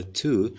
two